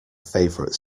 favourite